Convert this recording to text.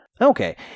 Okay